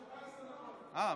בסדר.